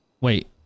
Wait